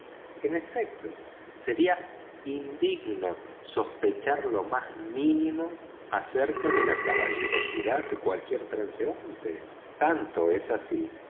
en efecto sería indigno sospechar en lo más mínimo acerca de la caballerosidad de cualquier transeúnte tanto es así